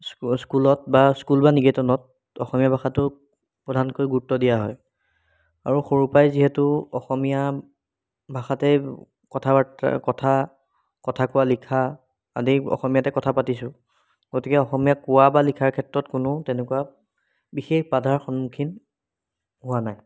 স্কু স্কুলত বা স্কুল বা নিকেতনত অসমীয়া ভাষাটোক প্ৰধানকৈ গুৰুত্ব দিয়া হয় আৰু সৰুৰ পৰাই যিহেতু অসমীয়া ভাষাতে কথা বাৰ্তা কথা কথা কোৱা লিখা আদি অসমীয়াতে কথা পাতিছোঁ গতিকে অসমীয়া কোৱা বা লিখাৰ ক্ষেত্ৰত কোনো তেনেকুৱা বিশেষ বাধাৰ সন্মুখীন হোৱা নাই